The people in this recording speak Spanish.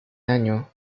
año